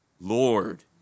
Lord